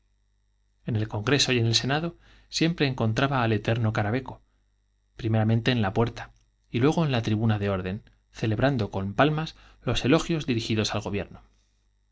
en el congreso y en el senado siempre encon en la puerta trba el eterno caraveco primeramente y luego en la tribuna de orden celebrando con palmas los elogios dirigidos al gobierno